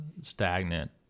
stagnant